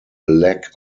lack